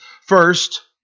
First